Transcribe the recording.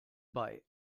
bei